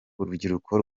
urubyiruko